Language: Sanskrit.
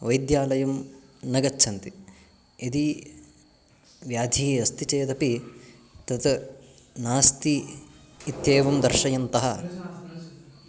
वैद्यालयं न गच्छन्ति यदि व्याधिः अस्ति चेदपि तत् नास्ति इत्येवं दर्शयन्तः